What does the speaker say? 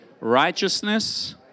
Righteousness